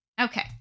Okay